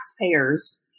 taxpayers